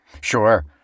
Sure